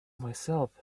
myself